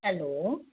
hello